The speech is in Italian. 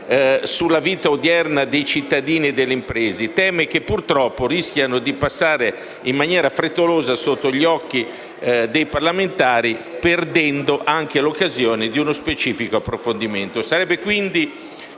sulla vita ordinaria dei cittadini e delle imprese, ma che, purtroppo, rischiano di passare in maniera frettolosa sotto gli occhi dei parlamentari, perdendo anche l'occasione di uno specifico approfondimento.